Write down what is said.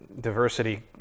diversity